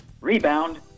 Rebound